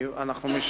כי אנחנו משנים,